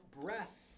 breath